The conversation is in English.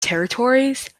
territories